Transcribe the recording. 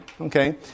okay